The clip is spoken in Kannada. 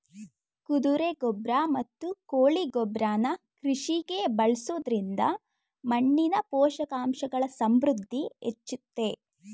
ಕುದುರೆ ಗೊಬ್ರ ಮತ್ತು ಕೋಳಿ ಗೊಬ್ರನ ಕೃಷಿಗೆ ಬಳಸೊದ್ರಿಂದ ಮಣ್ಣಿನ ಪೋಷಕಾಂಶಗಳ ಸಮೃದ್ಧಿ ಹೆಚ್ಚುತ್ತೆ